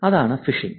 അതാണ് ഫിഷിംഗ്